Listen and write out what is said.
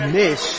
miss